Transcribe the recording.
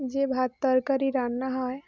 যে ভাত তরকারি রান্না হয়